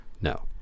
No